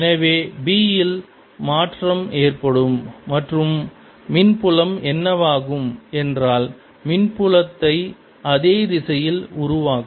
எனவே B யில் மாற்றம் ஏற்படும் மற்றும் மின்புலம் என்னவாகும் என்றால் மின்புலம் புலத்தை அதே திசையில் உருவாக்கும்